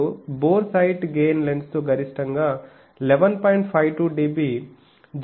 మరియు bore sight gain లెన్స్తో గరిష్టంగా 11